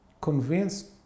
Convinced